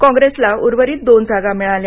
कॉंग्रेसला उर्वरित दोन जागा मिळाल्या